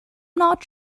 not